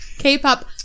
k-pop